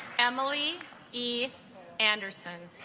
emily ii anderson